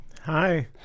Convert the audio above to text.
Hi